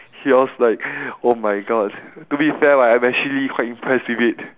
he was like oh my god to be fair lah I'm actually quite impressed with it